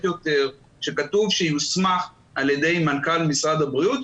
כאשר כתוב שיוסמך על ידי מנכ"ל משרד הבריאות,